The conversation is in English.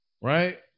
right